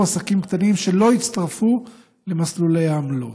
עסקים קטנים שלא יצטרפו למסלולי העמלות.